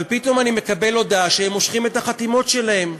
אבל פתאום אני מקבל הודעה שהם מושכים את החתימות שלהם.